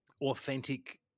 authentic